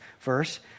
verse